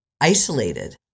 isolated